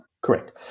Correct